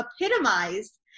epitomized